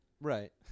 Right